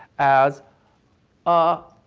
as a